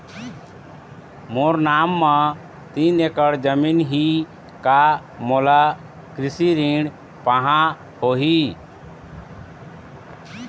मोर नाम म तीन एकड़ जमीन ही का मोला कृषि ऋण पाहां होही?